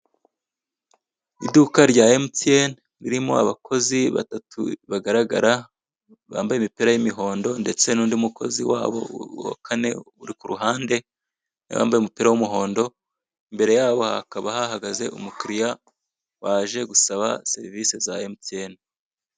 Iduka rya MTN ririmo abakozi batatu bagaragara bambaye imipira y'umuhondo ndetse n'undi mukozi wabo wa kane uri ku ruhande nawe wambaye umupira w'umuhondo, imbere yabo hakaba hahagaze umukiriya waje gusaba serivisi za MTN.